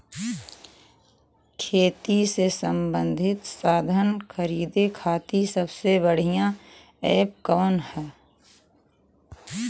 खेती से सबंधित साधन खरीदे खाती सबसे बढ़ियां एप कवन ह?